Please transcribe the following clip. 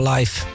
Life